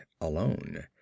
alone